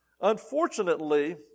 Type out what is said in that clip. Unfortunately